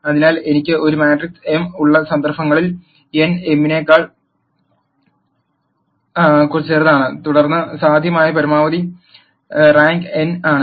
അതിനാൽ എനിക്ക് ഒരു മാട്രിക്സ് എം ഉള്ള സന്ദർഭങ്ങളിൽ n m നേക്കാൾ ചെറുതാണ് തുടർന്ന് സാധ്യമായ പരമാവധി റാങ്ക് n ആണ്